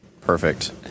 Perfect